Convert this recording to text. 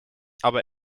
aber